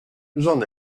j’en